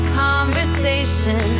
conversation